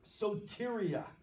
soteria